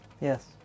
Yes